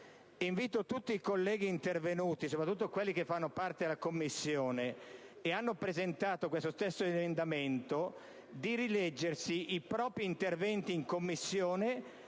Invito tutti i colleghi intervenuti, soprattutto quelli che fanno parte della 7a Commissione e hanno presentato questo emendamento, a rileggersi i propri interventi in quella